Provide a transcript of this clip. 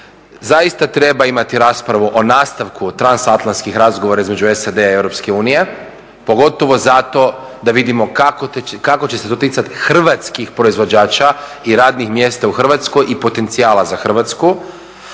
Zaista treba imati raspravu o nastavku trans atlantskih razgovora između SAD-a i EU, pogotovo zato da vidimo kako će se to ticati hrvatskih proizvođača i radnih mjesta u Hrvatskoj i potencijala za Hrvatsku.